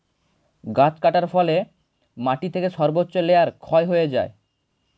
গাছ কাটার ফলে মাটি থেকে সর্বোচ্চ লেয়ার ক্ষয় হয়ে যায়